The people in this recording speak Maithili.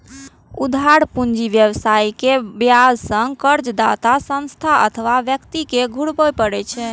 उधार पूंजी व्यवसायी कें ब्याज संग कर्जदाता संस्था अथवा व्यक्ति कें घुरबय पड़ै छै